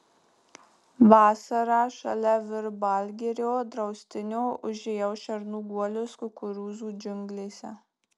vasarą šalia virbalgirio draustinio užėjau šernų guolius kukurūzų džiunglėse